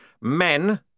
men